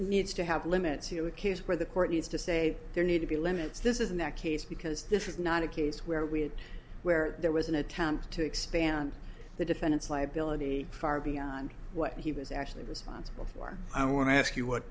needs to have limits to accuse where the court has to say there need to be limits this is in that case because this is not a case where we had where there was an attempt to expand the defendant's liability far beyond what he was actually responsible for i want to ask you what